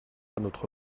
notre